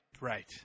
Right